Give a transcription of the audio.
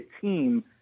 team